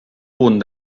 punt